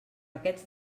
aquests